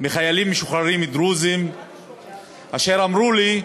מחיילים משוחררים דרוזים אשר אמרו לי: